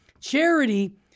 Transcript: charity